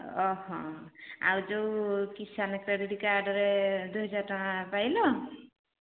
ଓଃ ଆଉ ଯୋଉ କିଷାନ କ୍ରେଡିଟ୍ କାର୍ଡରେ ଦୁଇ ହଜାର ଟଙ୍କା ପାଇଲ